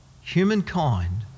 Humankind